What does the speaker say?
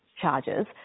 charges